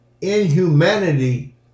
inhumanity